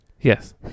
Yes